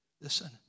Listen